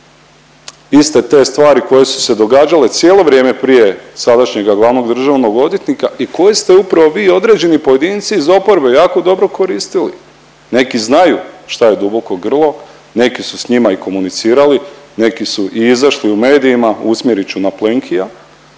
Iste te stvari koje su događale cijelo vrijeme prije sadašnjega glavnog državnog odvjetnika i koje ste upravo vi određeni pojedinci iz oporbe jako dobro koristili. Neki znaju šta je duboko grlo, neki su s njima i komunicirali, neki su i izašli u medijima usmjerit ću na Plenkija